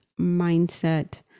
mindset